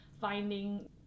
finding